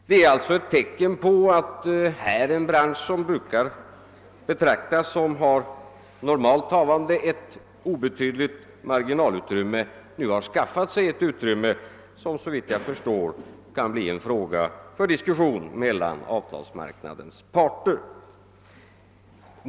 Det är alltså ett tecken på att en bransch, som man brukar anse ha ett obetydligt marginalutrymme, nu har skaffat sig ett utrymme, som såvitt jag förstår kan bli föremål för diskussion mellan arbetsmarknadens parter.